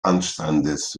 anstandes